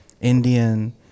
Indian